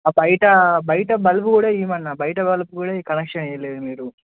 ఆ బయట బయట బల్బు కూడా ఇవ్వమన్నా బయట బల్బు కూడా కనెక్షన్ ఇవ్వలేదు మీరు